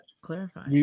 clarify